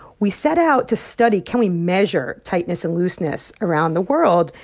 we set out to study, can we measure tightness and looseness around the world?